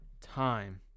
time